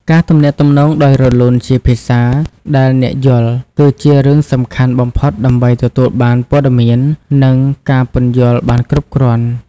ការទំនាក់ទំនងដោយរលូនជាភាសាដែលអ្នកយល់ គឺជារឿងសំខាន់បំផុតដើម្បីទទួលបានព័ត៌មាន និងការពន្យល់បានគ្រប់គ្រាន់។